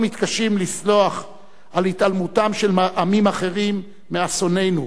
אנו מתקשים לסלוח על התעלמותם של עמים אחרים מאסוננו,